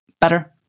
better